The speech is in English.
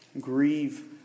grieve